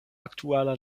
aktuala